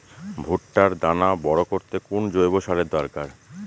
ভুট্টার দানা বড় করতে কোন জৈব সারের দরকার?